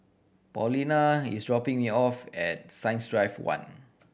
Paulina is dropping me off at Science Drive One